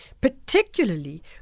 particularly